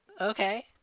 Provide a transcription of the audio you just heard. Okay